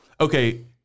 Okay